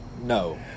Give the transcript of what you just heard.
No